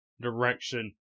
direction